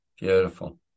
Beautiful